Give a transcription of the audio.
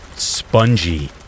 spongy